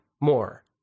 More